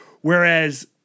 Whereas